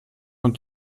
von